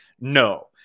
No